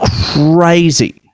crazy